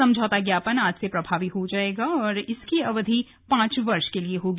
समझौता ज्ञापन आज से प्रभावी हो जायेगा और इसकी अवधि पांच वर्ष के लिए होगी